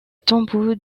tombeau